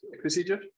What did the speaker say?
procedure